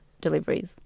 deliveries